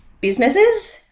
businesses